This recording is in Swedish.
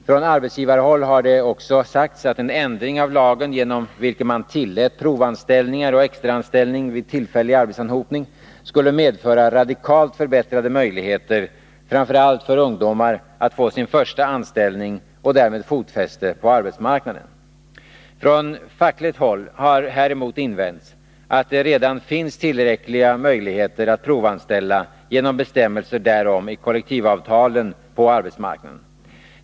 Från arbetsgivarhåll har det också sagts att en ändring av lagen genom vilken man tillät provanställningar och extraanställning vid tillfällig arbetsanhopning skulle medföra radikalt förbättrade möjligheter framför allt för ungdomarna att få sin första anställning och därmed fotfäste på arbetsmarknaden. Från fackligt håll har häremot invänts att det redan finns tillräckliga möjligheter att provanställa genom bestämmelser därom i kollektivavtalen på arbetsmarknaden.